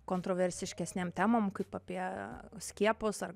kontroversiškesnėm temom kaip apie skiepus ar